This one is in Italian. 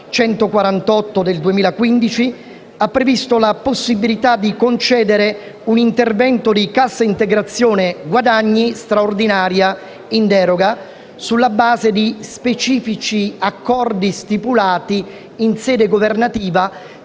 n. 148 del 2015, ha previsto la possibilità di concedere un intervento di Cassa integrazione guadagni straordinaria in deroga, sulla base di specifici accordi stipulati in sede governativa,